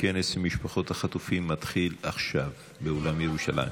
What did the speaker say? הכנס עם משפחות החטופים מתחיל עכשיו באולם ירושלים.